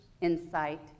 insight